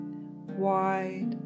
wide